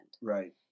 Right